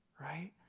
right